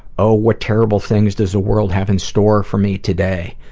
oh, what terrible things does the world have in store for me today?